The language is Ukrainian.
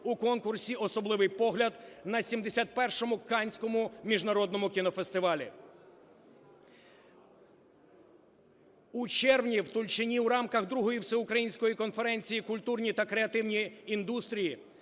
у конкурсі "Особливий погляд" на 71-му Каннському міжнародному кінофестивалі. У червні в Тульчині у рамках Другої всеукраїнської конференції "Культура та креативні індустрії